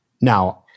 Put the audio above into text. Now